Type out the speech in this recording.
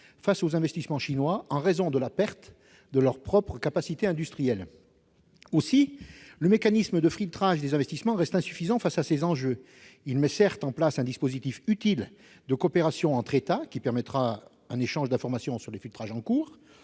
face aux investissements chinois, en raison de la perte de leur propre capacité industrielle. Aussi, le mécanisme de filtrage des investissements reste insuffisant face à ces enjeux. Il met en place un dispositif utile de coopération entre États, qui permettra un échange d'informations sur les filtrages en cours.